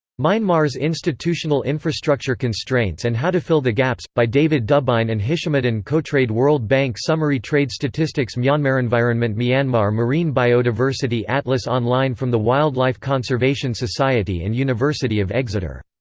myanmar's institutional infrastructure constraints and how to fill the gaps, by david dubyne and hishamuddin kohtrade world bank summary trade statistics myanmarenvironment myanmar marine biodiversity atlas online from the wildlife conservation society and university of exeter